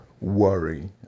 worry